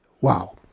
wow